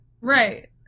Right